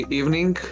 evening